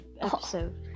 episode